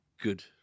good